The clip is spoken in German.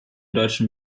deutschen